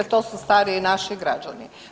To su stariji naši građani.